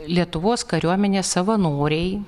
lietuvos kariuomenės savanoriai